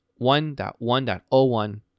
1.1.01